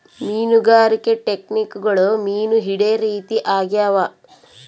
ಮೀನುಗಾರಿಕೆ ಟೆಕ್ನಿಕ್ಗುಳು ಮೀನು ಹಿಡೇ ರೀತಿ ಆಗ್ಯಾವ